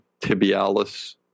tibialis